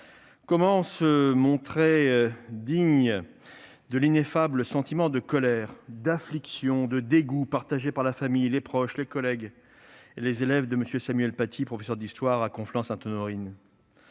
comment se montrer digne de l'inexprimable sentiment de colère, d'affliction, de dégoût, partagé par la famille, les proches, les collègues et les élèves de M. Samuel Paty, professeur d'histoire à Conflans-Sainte-Honorine ?